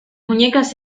muñecas